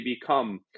become